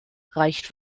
reicht